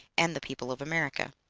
and the people of america.